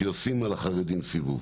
כי עושים על החרדים סיבוב.